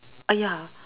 ya